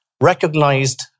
recognized